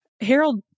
Harold